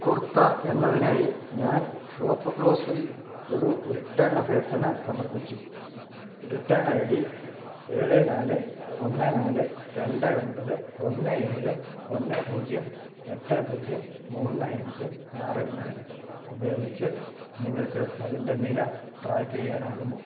കുർത്ത എന്നതിനായി ഞാൻ ഷോപ്പ് ക്ലൂസിൽ ഒരു റിട്ടേൺ അഭ്യർത്ഥന സമർപ്പിച്ചു റിട്ടേൺ ഐ ഡി ഏഴ് നാല് ഒന്ന് നാല് രണ്ട് ഒന്പത് ഒന്ന് ഏഴ് ഒന്ന് പൂജ്യം എട്ട് പൂജ്യം മൂന്ന് അഞ്ച് ആറ് നാല് ഉപയോഗിച്ച് നിങ്ങൾക്ക് അതിൻ്റെ നില ട്രാക്കെയ്യാനാകുമോ